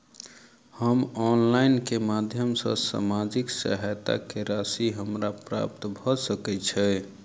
हम ऑनलाइन केँ माध्यम सँ सामाजिक सहायता केँ राशि हमरा प्राप्त भऽ सकै छै?